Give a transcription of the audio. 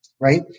right